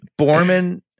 Borman